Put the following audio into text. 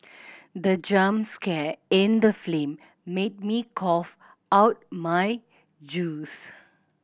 the jump scare in the film made me cough out my juice